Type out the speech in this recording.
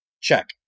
check